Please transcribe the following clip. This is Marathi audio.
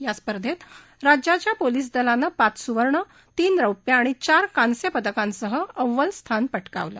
या स्पर्धेत राज्याच्या पोलिस दलानं पाच स्वर्ण तीन रौप्य आणि चार कांस्य पदकासह अव्वल स्थान पटकावलं